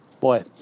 Boy